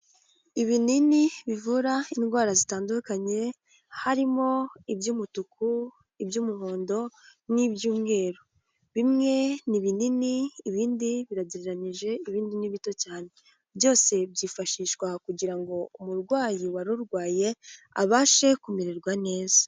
Ibinini bivura indwara zitandukanye, harimo iby'umutuku, iby'umuhondo, n'ibyuumweru, bimwe ni binini ibindi biragereranyije, ibindi ni bito cyane, byose byifashishwa kugira ngo umurwayi wari urwaye abashe kumererwa neza.